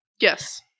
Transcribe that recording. yes